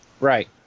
Right